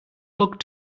look